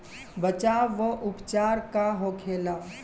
बचाव व उपचार का होखेला?